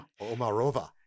Omarova